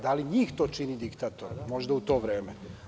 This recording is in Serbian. Da li njih to čini diktatorom, možda u to vreme?